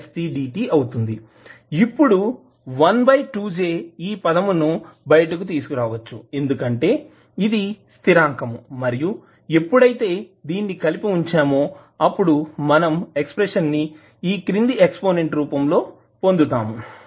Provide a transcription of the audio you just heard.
ఇప్పుడు 12jఈ పదమును బయటకు తీసుకురావచ్చు ఎందుకంటే ఇది స్థిరాంకం మరియు ఎప్పుడైతే దీన్ని కలిపి వుంచామో అప్పుడు మనం ఎక్స్ప్రెషన్ ని ఈ క్రింది ఎక్సపోనెంట్ రూపం లో పొందుతాము